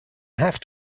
have